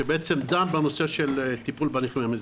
שדן בנושא הטיפול בנכים המזדקנים.